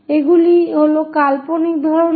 এগুলি হল কাল্পনিক ধরণের কাট